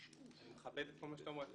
אני מכבד כל מה שאתה אומר,